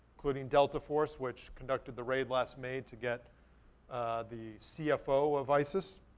including delta force, which conducted the raid last may to get the cfo of isis,